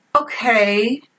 Okay